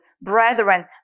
brethren